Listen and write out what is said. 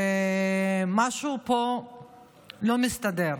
ומשהו פה לא מסתדר.